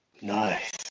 Nice